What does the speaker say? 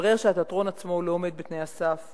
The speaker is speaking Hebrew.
התברר שהתיאטרון עצמו לא עומד בתנאי הסף